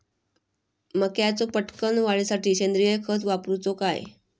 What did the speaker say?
मक्याचो पटकन वाढीसाठी सेंद्रिय खत वापरूचो काय?